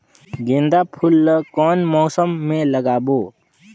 गेंदा फूल ल कौन मौसम मे लगाबो?